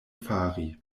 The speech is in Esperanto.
fari